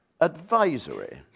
advisory